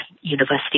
university